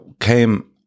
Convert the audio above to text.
came